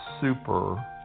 super